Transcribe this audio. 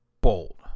bold